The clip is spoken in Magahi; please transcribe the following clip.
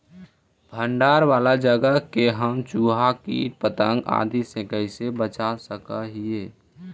भंडार वाला जगह के हम चुहा, किट पतंग, आदि से कैसे बचा सक हिय?